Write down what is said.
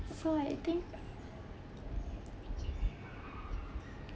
so I think